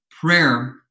prayer